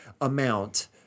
amount